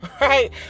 right